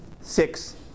six